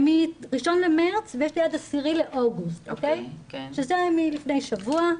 מה-1 למארס עד ה-10 לאוגוסט שזה מלפני שבוע.